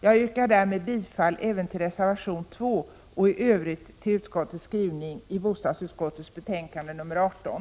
Jag yrkar därmed bifall även till reservation 2 och i övrigt till utskottets hemställan i bostadsutskottets betänkande 18.